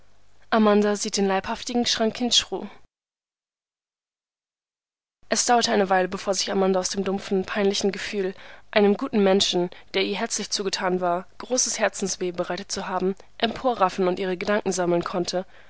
amanda sieht den leibhaftigen chranquinchru es dauerte eine weile bevor sich amanda aus dem dumpfen peinlichen gefühl einem guten menschen der ihr herzlich zugetan war großes herzensweh bereitet zu haben emporraffen und ihre gedanken sammeln konnte